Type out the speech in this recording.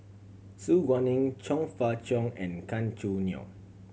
Su Guaning Chong Fah Cheong and Gan Choo Neo